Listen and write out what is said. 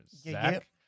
Zach